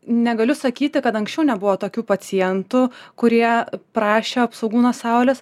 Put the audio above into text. negaliu sakyti kad anksčiau nebuvo tokių pacientų kurie prašė apsaugų nuo saulės